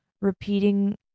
repeating